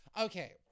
okay